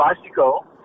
bicycle